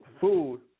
food